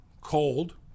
Cold